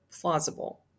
plausible